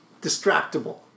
distractible